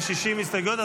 יש 60 הסתייגויות,